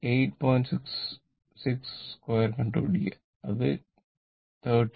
66 2 കണ്ടുപിടിക്കുക അത് 13